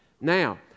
now